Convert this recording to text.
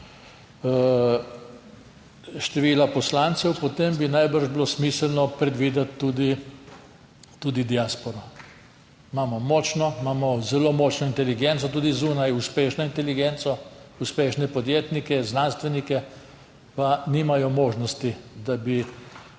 števila poslancev, potem bi najbrž bilo smiselno predvideti tudi diasporo. Imamo močno, imamo zelo močno inteligenco tudi zunaj, uspešno inteligenco, uspešne podjetnike, znanstvenike, pa nimajo možnosti, da bi